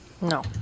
No